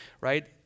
right